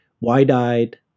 wide-eyed